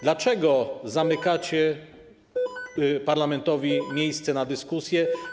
Dlaczego zabieracie parlamentowi miejsce na dyskusję?